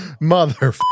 Mother